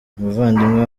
umuvandimwe